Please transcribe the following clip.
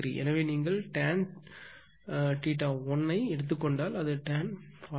எனவே நீங்கள் டான் எண் 1 ஐ எடுத்துக் கொண்டால் அது டான் 49